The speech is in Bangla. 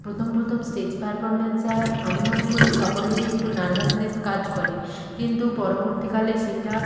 প্রথম প্রথম স্টেজ পারফরমেন্সে আমি মনে করি সকলেরই একটু নার্ভাসনেস কাজ করে কিন্তু পরবর্তীকালে সেটা